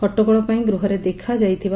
ହଟଗୋଳ ପାଇଁ ଗୃହରେ ଦେଖାଯାଇଥିବ